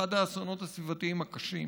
אחד האסונות הסביבתיים הקשים,